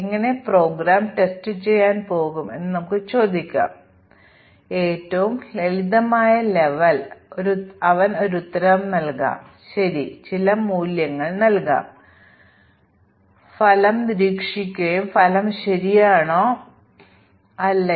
എല്ലാ ടെസ്റ്റ് കേസുകളും കടന്നുപോകും അതിനാൽ മ്യൂട്ടന്റ് ജീവിച്ചിരിപ്പുണ്ടെന്ന് ഞങ്ങൾ പറയും ഈ മ്യൂട്ടന്റ് കൊല്ലാൻ ആയി ധാരാളം ടെസ്റ്റ് കേസുകൾ എഴുതുന്നു എന്നാലും വിജയിക്കാതെ നമുക്ക് ശ്രമിക്കാം പക്ഷേ യഥാർത്ഥത്തിൽ ഇത് ഒരു ബഗ് അല്ല